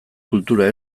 kultura